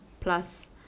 plus